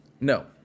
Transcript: No